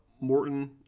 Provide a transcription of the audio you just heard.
Morton